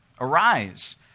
Arise